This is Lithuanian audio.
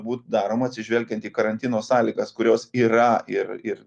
būt daroma atsižvelgiant į karantino sąlygas kurios yra ir ir